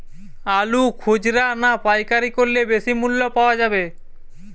আলু খুচরা না পাইকারি করলে বেশি মূল্য পাওয়া যাবে?